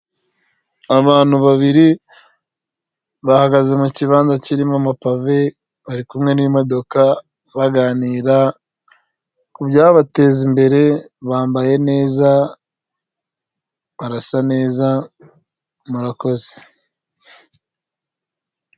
Abantu babiri bahagaze mu kibanza kirimo amapave, bari kumwe n'imodoka, baganira ku byabatez'imbere, bambaye neza barasa neza murakoze.